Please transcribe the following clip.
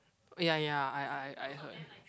oh ya ya I I I heard